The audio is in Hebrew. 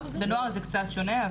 בנוער זה קצת שונה,